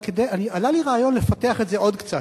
עלה לי רעיון לפתח את זה עוד קצת,